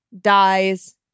dies